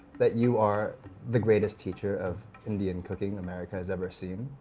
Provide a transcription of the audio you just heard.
that you are the greatest teacher of indian cooking america has ever seen.